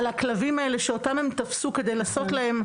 על הכלבים האלה שאותם הם תפסו כדי לעשות להם,